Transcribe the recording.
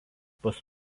pas